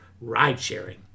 ride-sharing